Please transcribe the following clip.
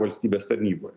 valstybės tarnyboj